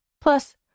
Plus